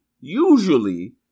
usually